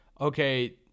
okay